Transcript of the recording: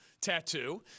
tattoo